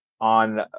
on